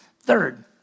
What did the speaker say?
Third